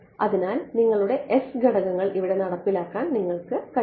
അതിനാൽ നിങ്ങളുടെ s ഘടകങ്ങൾ ഇവിടെ നടപ്പിലാക്കാൻ നിങ്ങൾക്ക് കഴിയും